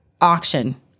auction